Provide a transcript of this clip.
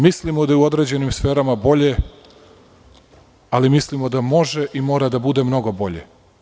Mislimo da je u određenim sferama bolje, ali mislimo da može i mora da bude mnogo bolje.